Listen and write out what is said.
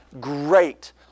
great